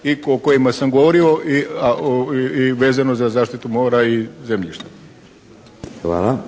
i o kojima sam govorio i vezano za zaštitu mora i zemljišta.